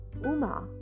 Uma